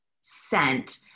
scent